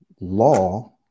law